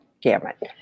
gamut